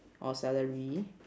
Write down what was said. or salary